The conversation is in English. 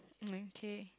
um okay